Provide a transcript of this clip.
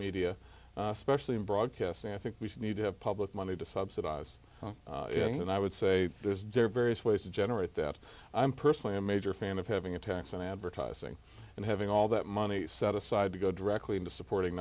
media especially in broadcasting i think we should need to have public money to subsidize things and i would say there's dead various ways to generate that i'm personally a major fan of having a tax on advertising and having all that money set aside to go directly into supporting